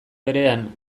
berean